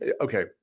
okay